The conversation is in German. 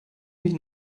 mich